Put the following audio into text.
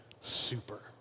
super